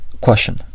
Question